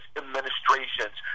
administration's